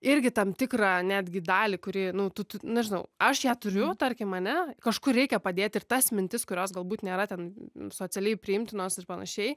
irgi tam tikrą netgi dalį kuri nu tu tu nežinau aš ją turiu tarkim ane kažkur reikia padėti ir tas mintis kurios galbūt nėra ten socialiai priimtinos ir panašiai